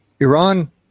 Iran